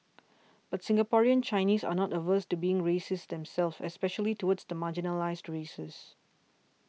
but Singaporean Chinese are not averse to being racist themselves especially towards the marginalised races